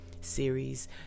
series